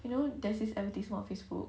you know there's this advertisement on facebook